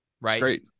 right